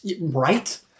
Right